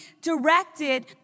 directed